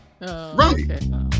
Right